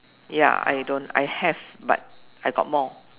ya I don't I have but I got more